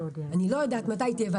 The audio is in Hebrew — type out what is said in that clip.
אני לא יודעת מתי היא תהיה,